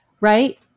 right